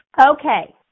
Okay